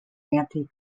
anti